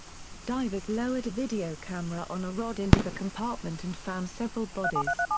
divers lowered a video camera on a rod into the compartment and found several bodies.